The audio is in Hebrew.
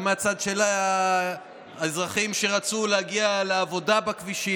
גם מהצד של האזרחים שרצו להגיע לעבודה בכבישים,